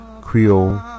Creole